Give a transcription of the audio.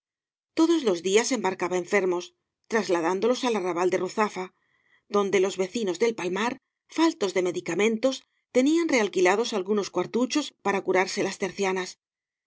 todos los días embarcaba enfermos trasladándolos al arrabal de ruzafa donde los vecinos del palmar faltos de medicamentos tenían realquilados algunos cuartuchos para curarse las tercianas